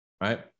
right